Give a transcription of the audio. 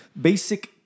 Basic